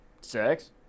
Sex